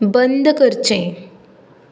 बंद करचें